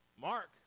Mark